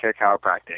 Chiropractic